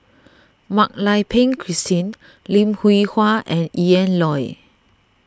Mak Lai Peng Christine Lim Hwee Hua and Ian Loy